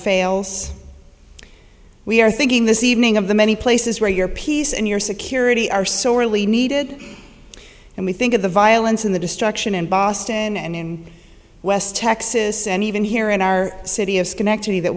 fails we are thinking this evening of the many places where your peace and your security are sorely needed and we think of the violence in the destruction in boston and in west texas and even here in our city of schenectady that